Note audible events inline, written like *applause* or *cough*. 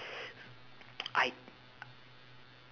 *noise* I